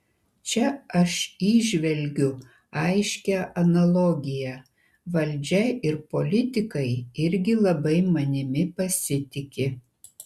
čia aš įžvelgiu aiškią analogiją valdžia ir politikai irgi labai manimi pasitiki